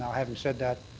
having said that,